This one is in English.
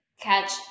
catch